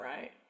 right